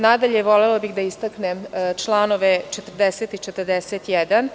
Na dalje, volela bih da istaknem članove 40. i 41.